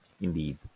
indeed